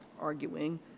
arguing